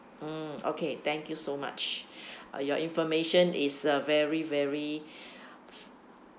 mm okay thank you so much your information is uh very very